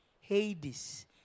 Hades